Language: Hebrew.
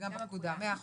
וגם בפקודה, מאה אחוז.